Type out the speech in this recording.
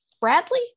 Bradley